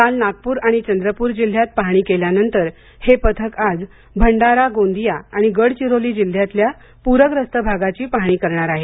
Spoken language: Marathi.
काल नागप्र आणि चंद्रप्र जिल्ह्यात पाहाणी केल्यानंतर हे पथक आज भंडारा गोंदीया आणि गडचिरोली जिल्ह्यातल्या पुरग्रस्त भागाची पाहणी करणार आहे